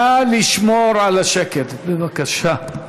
נא לשמור על השקט, בבקשה.